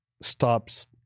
stops